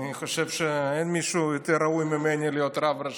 אני חושב שאין מישהו יותר ראוי ממני להיות רב ראשי.